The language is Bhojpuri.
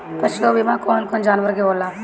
पशु बीमा कौन कौन जानवर के होला?